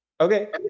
Okay